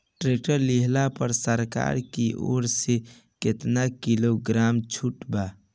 Tractor लिहला पर सरकार की ओर से केतना किलोग्राम छूट बा?